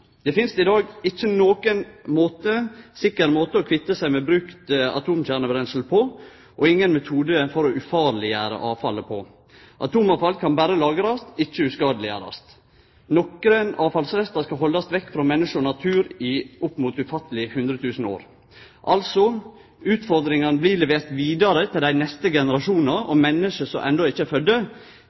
Det finst i dag ikkje nokon sikker måte å kvitte seg med brukt atomkjernebrensel på, og ingen metode for å ufarleggjere avfallet. Atomavfall kan berre lagrast, ikkje uskadeleggjerast. Nokre avfallsrestar skal haldast vekke frå menneske og natur i oppimot ufattelege 100 000 år. Altså: Utfordringane blir leverte vidare til dei neste generasjonane, og menneske som enno ikkje er fødde,